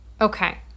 okay